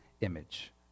image